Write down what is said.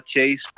Chase